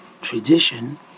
tradition